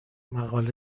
مقاله